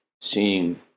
seeing